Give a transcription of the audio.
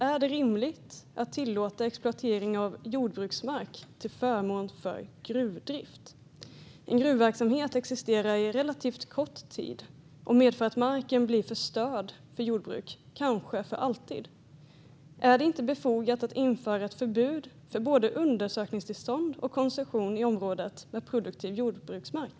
Är det rimligt att tillåta exploatering av jordbruksmark till förmån för gruvdrift? En gruvverksamhet existerar under relativt kort tid och medför att marken blir förstörd för jordbruk, kanske för alltid. Är det inte befogat att införa ett förbud mot både undersökningstillstånd och koncession i områden med produktiv jordbruksmark?